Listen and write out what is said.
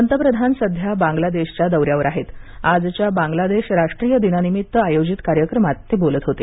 पंतप्रधान सध्या बांगलादेशच्या दौऱ्यावर आहेत आजच्या बांगलादेश राष्ट्रीय दिनानिमित्त आयोजित कार्यक्रमात ते बोलत होते